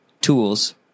tools